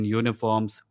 uniforms